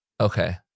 Okay